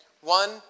One